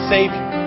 Savior